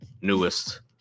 newest